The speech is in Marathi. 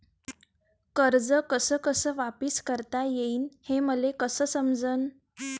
कर्ज कस कस वापिस करता येईन, हे मले कस समजनं?